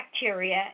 bacteria